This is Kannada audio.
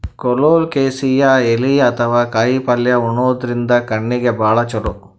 ಕೊಲೊಕೆಸಿಯಾ ಎಲಿ ಅಥವಾ ಕಾಯಿಪಲ್ಯ ಉಣಾದ್ರಿನ್ದ ಕಣ್ಣಿಗ್ ಭಾಳ್ ಛಲೋ